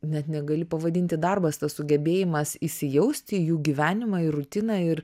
net negali pavadinti darbas tas sugebėjimas įsijausti į jų gyvenimą ir rutiną ir